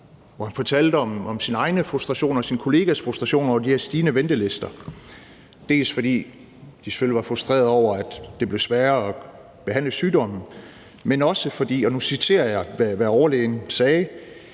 hvor han fortalte om sine egne frustrationer og sin kollegas frustrationer over de her stigende ventelister, både fordi de selvfølgelig var frustrerede over, at det blev sværere at behandle sygdomme, men også, fordi, og nu citerer jeg, hvad overlægen sagde: